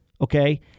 okay